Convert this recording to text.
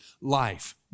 life